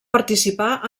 participar